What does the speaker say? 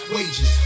Wages